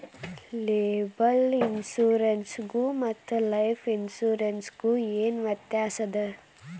Liable insurance ಗು ಮತ್ತ life insurance ಗು ಏನ್ ವ್ಯಾತ್ಯಾಸದ?